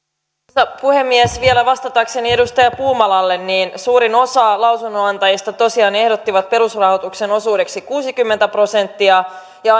arvoisa puhemies vielä vastatakseni edustaja puumalalle suurin osa lausunnonantajista tosiaan ehdotti perusrahoituksen osuudeksi kuusikymmentä prosenttia